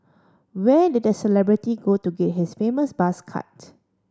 where did the celebrity go to get his famous buzz cut